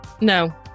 No